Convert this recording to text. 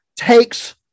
takes